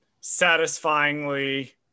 satisfyingly